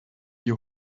die